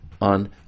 on